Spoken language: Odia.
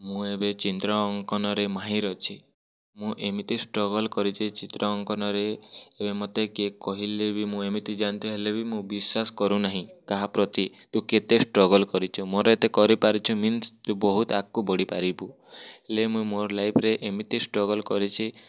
ମୁଁ ଏବେ ଚିତ୍ର ଅଙ୍କନରେ ମାହିର୍ ଅଛି ମୁଁ ଏମିତି ଷ୍ଟ୍ରଗଲ୍ କରିଛି ଚିତ୍ର ଅଙ୍କନରେ ଏବେ ମତେ କିଏ କହିଲେ ବି ମୁଁ ଏମିତି ଯେନତେ ହେଲେ ବି ମୁଁ ବିଶ୍ୱାସ କରୁ ନାହିଁ କାହା ପ୍ରତି ତୁ କେତେ ଷ୍ଟ୍ରଗଲ୍ କରିଛୁ ମୋର ଏତେ କରି ପାରିଛୁ ମିନ୍ସ୍ ତୁ ଆଗକୁ ବହୁତ ବଢ଼ିପାରିବୁ ଲେ ମୋ ଲାଇଫ୍ରେ ଏମିତି ଷ୍ଟ୍ରଗଲ୍ କରିଛି